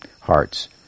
hearts